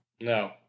No